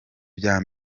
bya